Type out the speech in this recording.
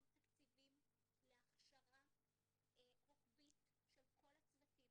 תקציבים להכשרה רוחבית של כל הצוותים,